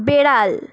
বেড়াল